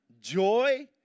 joy